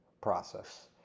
process